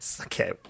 Okay